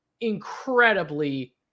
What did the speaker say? incredibly